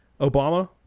Obama